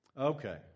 Okay